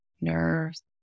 nerves